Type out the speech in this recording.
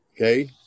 Okay